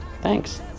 Thanks